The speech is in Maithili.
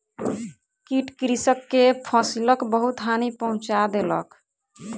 कीट कृषक के फसिलक बहुत हानि पहुँचा देलक